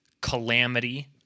calamity